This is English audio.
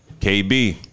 KB